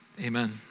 amen